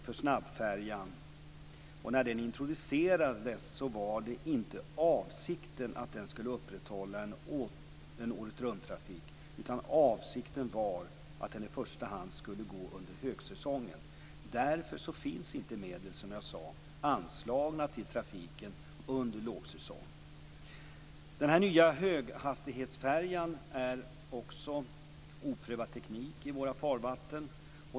När snabbfärjan introducerades var inte avsikten att den skulle upprätthålla åretrunttrafik. Avsikten var att den i första hand skulle gå under högsäsongen. Den nya höghastighetsfärjan utgör oprövad teknik i våra farvatten.